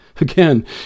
Again